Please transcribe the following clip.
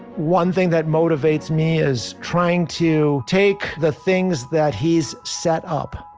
one thing that motivates me is trying to take the things that he's set up,